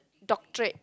doctorate